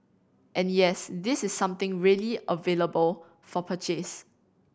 and yes this is something really available for purchase